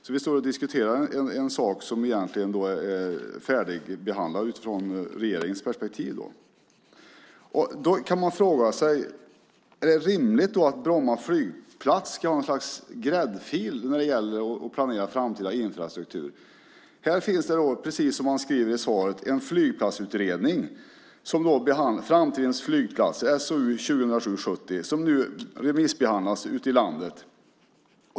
Vi står här och diskuterar en sak som egentligen är färdigbehandlad utifrån regeringens perspektiv. Då kan man fråga sig: Är det rimligt att Bromma flygplats ska ha något slags gräddfil när det gäller att planera framtida infrastruktur? Precis som Åsa Torstensson skriver i svaret finns det en flygplatsutredning, Framtidens flygplatser , SOU 2007:70, som nu remissbehandlas ute i landet.